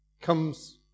comes